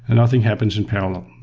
and nothing happens in parallel.